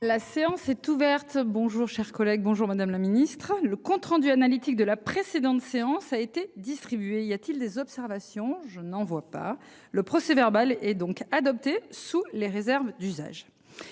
La séance est ouverte. Bonjour, chers collègues. Bonjour, madame la Ministre, le compte rendu analytique de la précédente séance a été distribué, y a-t-il des observations. Je n'en vois pas le procès-verbal et donc adopté sous les réserves d'usage.